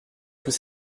tous